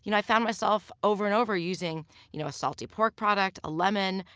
you know i found myself, over and over, using you know a salty pork product, a lemon,